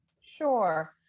Sure